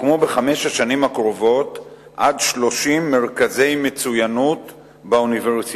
יוקמו בחמש השנים הקרובות עד 30 מרכזי מצוינות באוניברסיטאות,